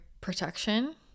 protection